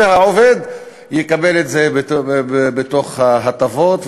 והעובד יקבל את זה בתוך ההטבות,